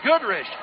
Goodrich